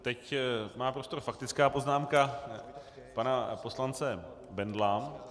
Teď má prostor faktická poznámka pana poslance Bendla.